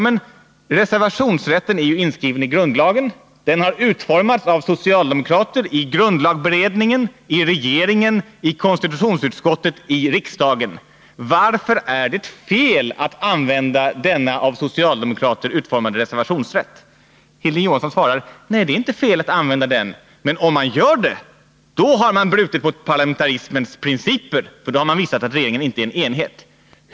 Men reservationsrätten är ju inskriven i grundlagen. Den har utformats av socialdemokrater i grundlagberedningen, i regeringen, i konstitutionsutskottet, i riksdagen. Varför är det fel att använda denna av socialdemokrater Hilding Johansson svarar: Nej, det är inte fel att använda den. Men om man gör det, då har man brutit mot parlamentarismens principer, för då har man visat att regeringen inte är en enhet.